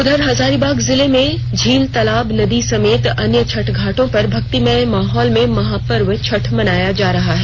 उधर हजारीबाग जिले में झील तालाब नदी समेत अन्य छठ घाटों पर भक्तिमय माहौल में महापर्व छठ मनाया जा रहा है